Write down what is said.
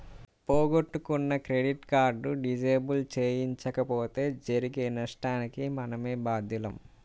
పోగొట్టుకున్న credit card disable చేయించకపోతే జరిగే నష్టానికి మనమే బాధ్యులం